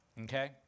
Okay